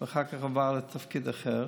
ואחר כך עבר לתפקיד אחר.